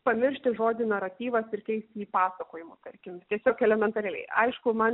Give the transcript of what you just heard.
pamiršti žodį naratyvas ir keisti jį pasakojimu tarkim tiesiog elementariai aišku man